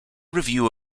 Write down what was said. review